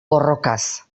borrokaz